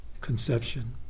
Conception